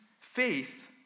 faith